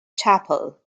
chapel